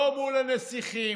לא מול הנסיכים,